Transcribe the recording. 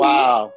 Wow